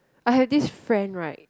I had this friend right